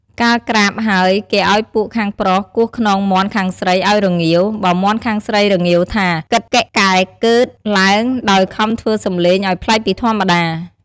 កាលក្រាបហើយគេឱ្យពួកខាងប្រុសគោះខ្នងមាន់ខាងស្រីឱ្យរងាវ បើមាន់ខាងស្រីរងាវថា កិកកិកែកឺត ឡើង ដោយខំធ្វើសំឡេងឱ្យប្លែកពីធម្មតា។